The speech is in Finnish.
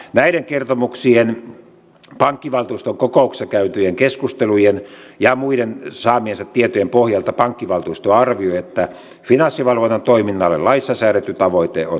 näiden kertomuksien pankkivaltuustokokouksessa käytyjen keskustelujen ja muiden saamiensa tietojen pohjalta pankkivaltuusto arvioi että finanssivalvonnan toiminnalle laissa säädetty tavoite on toteutunut